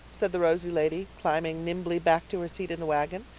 said the rosy lady, climbing nimbly back to her seat in the wagon,